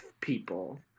people